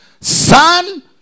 Son